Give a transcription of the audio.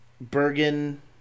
Bergen